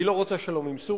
היא לא רוצה שלום עם סוריה,